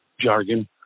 jargon